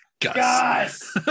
guys